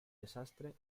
desastre